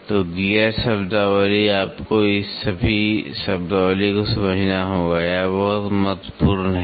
तो गियर शब्दावली आपको इस सभी शब्दावली को समझना होगा यह बहुत महत्वपूर्ण है